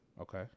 Okay